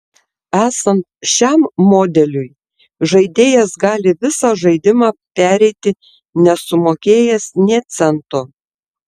esant šiam modeliui žaidėjas gali visą žaidimą pereiti nesumokėjęs nė cento